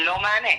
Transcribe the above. ללא מענה.